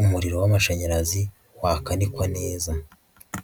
umuriro w'amashanyarazi wakanikwa neza.